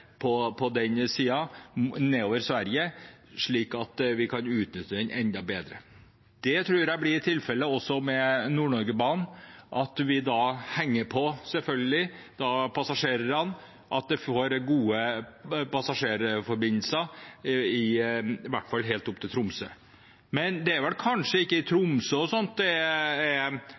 utnytte den enda bedre. Jeg tror det blir tilfellet også med Nord-Norge-banen – at vi selvfølgelig henger på passasjerer og får gode passasjerforbindelser, i hvert fall helt opp til Tromsø. Det er kanskje ikke i Tromsø det er de største godsmengdene – det er vel på Skjervøy og litt andre plasser – men det er